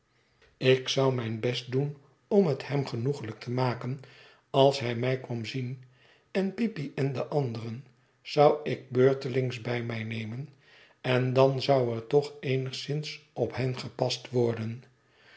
ik zou mijn best doen om het hem genoeglijk te maken als hij mij kwam zien en peepy en de anderen zou ik beurtelings bij mij nemen en dan zou er toch eenigszins op hen gepast worden